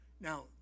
Now